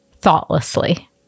thoughtlessly